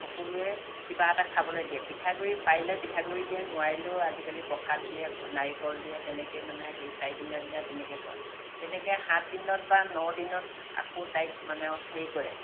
সকলোৱে কিবা এটা খাবলৈ দিয়ে পিঠা গুৰি পাৰিলে পিঠা গুৰি দিয়ে নোৱাৰিলেও আজিকালি প্ৰসাদ দিয়ে নাৰিকল দিয়ে তেনেকৈ মানে সেই চাৰি দিনৰ দিনা তেনেকৈ থয় তেনেকৈ সাত দিনত বা ন দিনত আকৌ তাইক মানে সেই কৰে